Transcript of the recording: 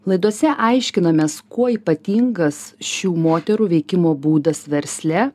laidose aiškinamės kuo ypatingas šių moterų veikimo būdas versle